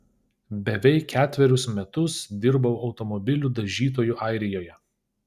beveik ketverius metus dirbau automobilių dažytoju airijoje